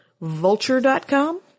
Vulture.com